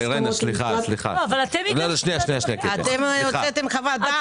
אתם הוצאתם חוות דעת.